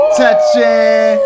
touching